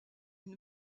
une